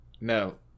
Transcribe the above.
No